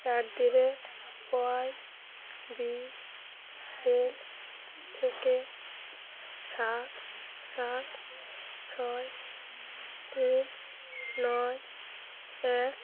at the rate Y B L থেকে সাত সাত ছয় তিন নয় এক